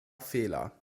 fehler